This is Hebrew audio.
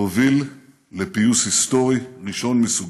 והוביל לפיוס היסטורי ראשון מסוגו.